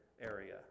area